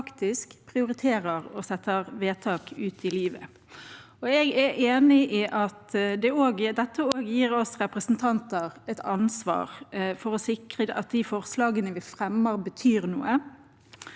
faktisk prioriterer å sette vedtak ut i livet. Jeg er enig i at dette også gir oss representanter et ansvar for å sikre at de forslagene vi fremmer, betyr noe,